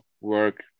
work